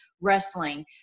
wrestling